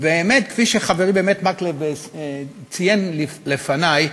ובאמת, כפי שחברי מקלב ציין לפני,